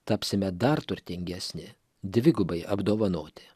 tapsime dar turtingesni dvigubai apdovanoti